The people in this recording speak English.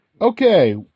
Okay